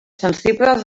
sensibles